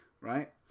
Right